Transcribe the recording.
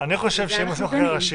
אני חושב שאם עושים חקיקה ראשית,